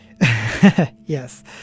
Yes